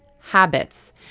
habits